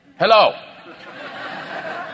Hello